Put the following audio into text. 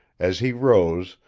as he rose,